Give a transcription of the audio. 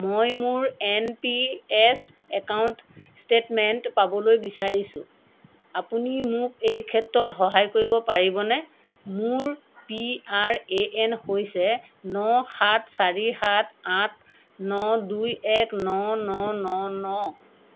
মই মোৰ N P S account statement পাবলৈ বিচাৰিছোঁ আপুনি মোক এই ক্ষেত্ৰত সহায় কৰিব পাৰিবনে মোৰ পি আৰ এ এন হৈছে ন সাত চাৰি সাত আঠ ন দুই এক ন ন ন ন